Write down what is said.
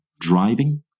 driving